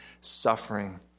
suffering